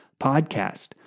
podcast